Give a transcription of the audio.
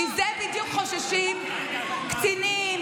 מזה בדיוק חוששים קצינים,